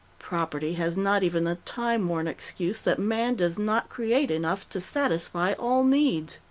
property has not even the time-worn excuse that man does not create enough to satisfy all needs.